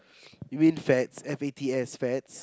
you mean fats F A T S fats